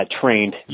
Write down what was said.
trained